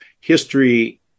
history